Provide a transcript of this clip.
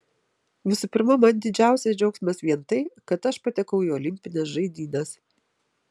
visų pirma man didžiausias džiaugsmas vien tai kad aš patekau į olimpines žaidynes